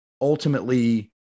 ultimately